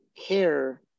care